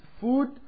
food